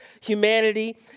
humanity